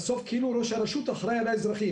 בסוף כאילו ראש הרשות אחראי על האזרחים.